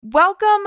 Welcome